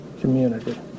community